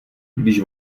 když